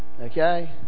Okay